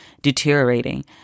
deteriorating